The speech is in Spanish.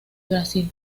brasil